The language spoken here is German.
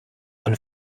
und